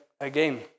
again